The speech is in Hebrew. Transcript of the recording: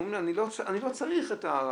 הם אומרים לי: אני לא צריך את הרמה,